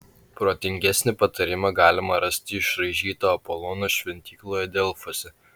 protingesnį patarimą galima rasti išraižytą apolono šventykloje delfuose